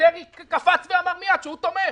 שדרעי קפץ ואמר מיד שהוא תומך.